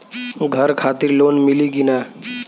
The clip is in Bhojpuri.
घर खातिर लोन मिली कि ना?